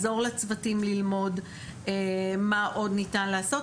לעזור לצוותים ללמוד מה עוד ניתן לעשות,